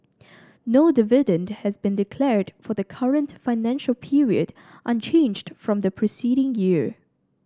no dividend has been declared for the current financial period unchanged from the preceding year